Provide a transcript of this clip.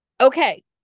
Okay